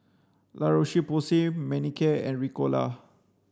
La Roche Porsay Manicare and Ricola